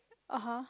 (uh huh)